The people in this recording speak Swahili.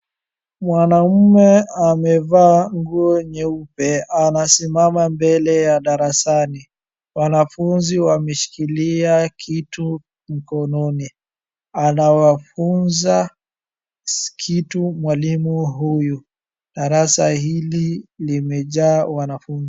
Mwanamume amevaa nguo nyeupe anasimama mbele ya darasani. Wanafunzi wameshikilia kitu mkononi. Anawafunza kitu mwalimu huyu. Darasa hili limejaa wanafunzi.